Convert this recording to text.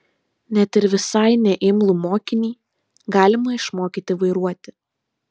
net ir visai neimlų mokinį galima išmokyti vairuoti